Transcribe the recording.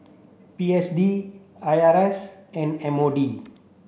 P S D I R A S and M O D